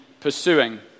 pursuing